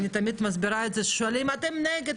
אני תמיד מסבירה את זה כשאומרים: אתם נגד,